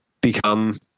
become